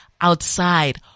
outside